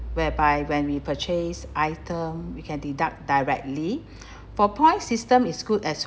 whereby when we purchase item we can deduct directly for point system is good as